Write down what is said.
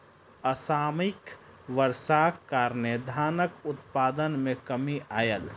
असामयिक वर्षाक कारणें धानक उत्पादन मे कमी आयल